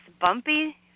bumpy